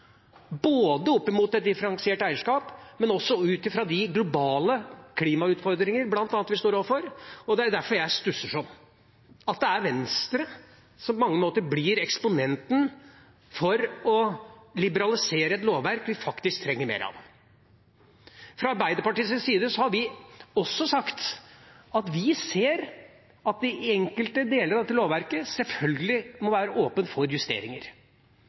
både med tanke på et differensiert eierskap og med tanke på bl.a. de globale klimautfordringene vi står overfor. Det er derfor jeg stusser slik over at det er Venstre som på mange måter blir eksponenten for å liberalisere et lovverk vi faktisk trenger mer av. Fra Arbeiderpartiets side har vi også sagt at vi ser at enkelte deler av dette lovverket selvfølgelig må være åpent for justeringer.